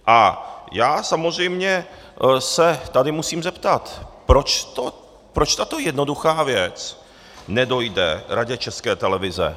A já samozřejmě se tady musím zeptat, proč tato jednoduchá věc nedojde Radě České televize.